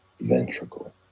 ventricle